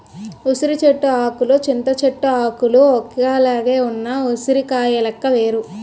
ఉసిరి చెట్టు ఆకులు చింత చెట్టు ఆకులు ఒక్కలాగే ఉన్న ఉసిరికాయ లెక్క వేరు